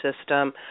system